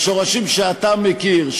לשורשים שאתה מכיר,